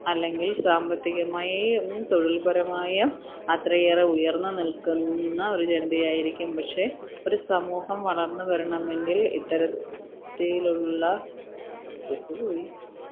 അല്ലെങ്കില് സാമ്പത്തകമായും തൊഴില്പരമായും അത്രയേറെ ഉയര്ന്ന് നില്ക്കുന്ന ഒരു ജനതയായിരിക്കും പക്ഷേ ഒരു സമൂഹം വളര്ന്ന് വരണമെങ്കില് ഇത്തരത്തിലുള്ള